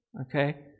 Okay